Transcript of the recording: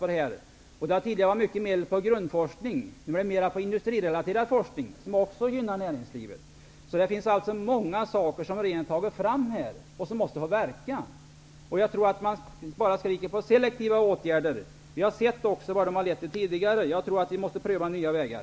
Tidigare satsades det mycket mer på grundforskning, numera är det mera på industrirelaterad forskning, som också gynnar näringslivet. Regeringen har alltså tagit fram många saker som måste få verka. Här ropar man på selektiva åtgärder. Vi har sett vad sådana tidigare har lett till. Jag tror att vi måste pröva nya vägar.